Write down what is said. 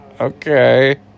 Okay